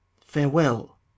farewell